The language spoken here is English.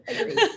Agreed